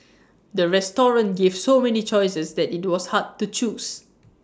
the restaurant gave so many choices that IT was hard to choose